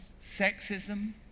sexism